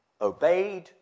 obeyed